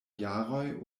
jaroj